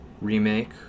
remake